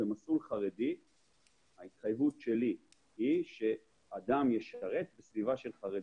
במסלול חרדי ההתחייבות שלי היא שאדם ישרת בסביבה של חרדים.